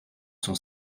sont